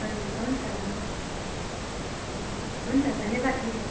हजुर हुन्छ हुन्छ ए हुन्छ धन्यवाद मिस